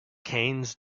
keynes